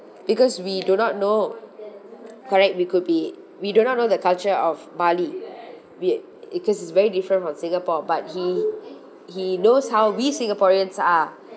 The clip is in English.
because we do not know correct we could be we do not know the culture of bali we're because it is very different from singapore but he he knows how we singaporeans are